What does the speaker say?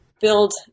build